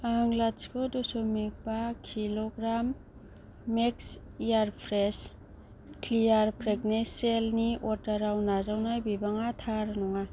आं लाथिख' दशमिक बा kilogram max air fresh clear fragrance जेलनि अर्डाराव नाजावनाय बिबाङा थार नङा